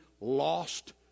lost